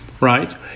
right